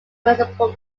municipal